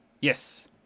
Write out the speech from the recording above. Yes